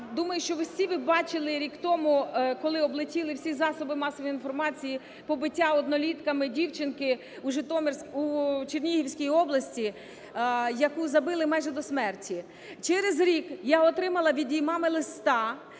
думаю, що всі ви бачили рік тому, коли облетіли всі засоби масової інформації побиття однолітками дівчинки у Чернігівській області, яку забили майже до смерті. Через рік я отримала від її мами листа.